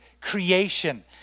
creation